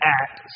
act